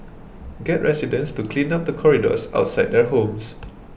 get residents to clean up the corridors outside their homes